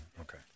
Okay